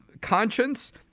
conscience